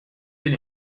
bin